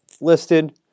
listed